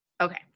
Okay